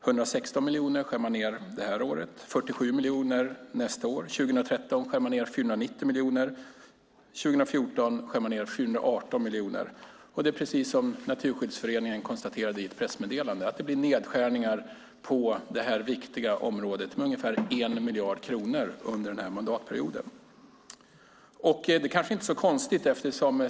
Det är fråga om 116 miljoner det här året och 47 miljoner nästa år. För 2013 skär man ned 490 miljoner. För 2014 skär man ned 418 miljoner. Det är precis som Naturskyddsföreningen konstaterade i ett pressmeddelande, nämligen att det blir nedskärningar på det viktiga området med ungefär 1 miljard kronor under den här mandatperioden. Det kanske inte är så konstigt.